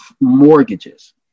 mortgages